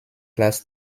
class